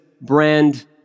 brand